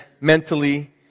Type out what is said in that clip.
mentally